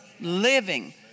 living